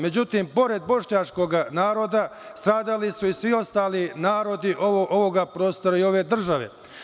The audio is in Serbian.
Međutim, pored bošnjačkog naroda, stradali su i svi ostali narodi ovoga prostora i ove države.